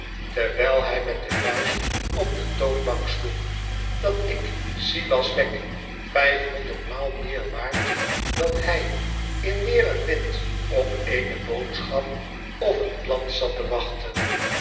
terwijl hij met de vuist op de toonbank sloeg dat ik silas wegg vijf honderdmaal meer waard dan hij in weer en wind op eene boodschap of een klant zat te wachten